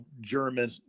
German